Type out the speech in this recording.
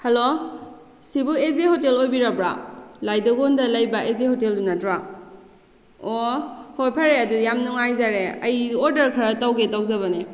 hello ꯁꯤꯕꯨ A J hotel ꯑꯣꯏꯕꯤꯔꯕ꯭ꯔꯥ ꯂꯥꯏꯗꯒꯣꯟꯗ ꯂꯩꯕ ꯑꯦ ꯖꯦ ꯍꯣꯇꯦꯜꯗꯨ ꯅꯠꯇ꯭ꯔ ꯑꯣ ꯍꯣꯏ ꯐꯔꯦ ꯑꯗꯨꯗꯤ ꯌꯥꯝ ꯅꯨꯡꯉꯥꯏꯖꯔꯦ ꯑꯩ ꯑꯣꯗꯔ ꯈꯔ ꯇꯧꯒꯦ ꯇꯧꯖꯕꯅꯦ